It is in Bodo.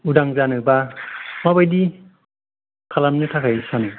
उदां जानोबा माबायदि खालामनो थाखाय सानो